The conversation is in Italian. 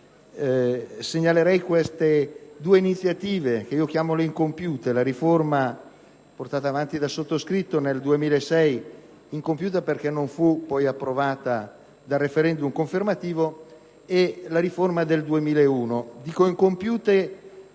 io segnalerei queste due iniziative, che io chiamo «le incompiute»: la riforma portata avanti dal sottoscritto nel 2006 (incompiuta perché non fu poi approvata dal *referendum* confermativo) e la riforma del 2001.